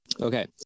Okay